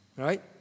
right